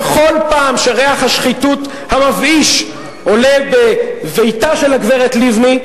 בכל פעם שריח השחיתות המבאיש עולה בביתה של הגברת לבני,